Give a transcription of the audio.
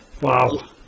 wow